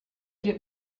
get